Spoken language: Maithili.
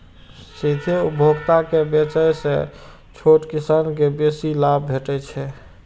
सीधे उपभोक्ता के बेचय सं छोट किसान कें बेसी लाभ भेटै छै